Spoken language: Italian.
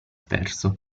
perso